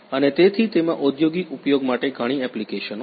અને તેથી તેમાં ઔદ્યોગિક ઉપયોગ માટે ઘણી એપ્લિકેશનો છે